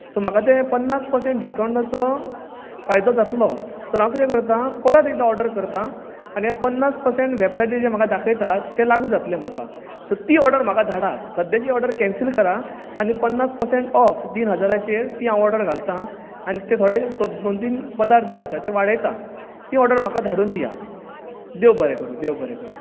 so म्हाका ते पन्नास पर्सेंट डिसकावंटाचो फायदो जातलो सो हांव कितें करता परत एकदां ऑर्डर करता आनी हे पन्नास पर्सेंट जें वॅबसायटीचेर म्हाका दाखयतात तें लागू जातलें म्हाका सो ती ऑर्डर म्हाका धाडा सद्याक ही ऑर्डर कॅन्सील करा आनी पन्नास पर्सेंट ऑफ तीन हजाराचेर ती हांव ऑर्डर घालता आनी थोडे ते दोन तीन पदार्थ जे आसात ते वाडयता ती ऑर्डर म्हाका धाडून दिया देव बरें करुं देव बरें करुं